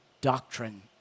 doctrine